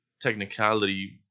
technicality